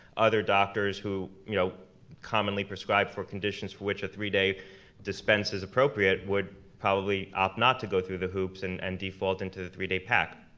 other doctors who you know commonly prescribe for conditions for which a three-day dispense is appropriate would probably opt not to go through the hoops and and default into the three-day pack.